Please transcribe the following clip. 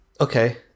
Okay